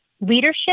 leadership